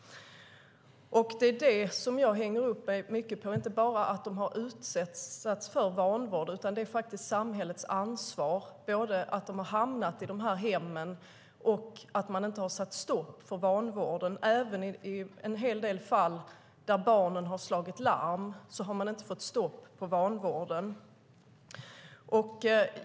Jag hänger upp mig på att dessa barn inte bara har utsatts för vanvård utan att det faktiskt också är samhällets ansvar att de har hamnat i hemmen och att man inte har satt stopp för vanvården. Även i de fall barnen har slagit larm har man inte fått stopp på vanvården.